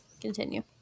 continue